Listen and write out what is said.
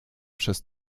przez